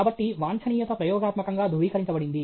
కాబట్టి వాంఛనీయత ప్రయోగాత్మకంగా ధృవీకరించబడింది